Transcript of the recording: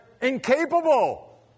incapable